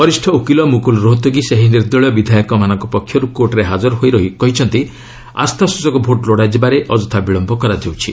ବରିଷ୍ଠ ଓକିଲ ମୁକୁଲ୍ ରୋହତଗୀ ସେହି ନିର୍ଦଳୀୟ ବିଧାୟକଙ୍କ ପକ୍ଷରୁ କୋର୍ଟରେ ହାଜର ହୋଇ କହିଛନ୍ତି ଆସ୍ଥାସ୍ଟଚକ ଭୋଟ୍ ଲୋଡ଼ାଯିବାରେ ଅଯଥା ବିଳମ୍ବ କରାଯାଉଛି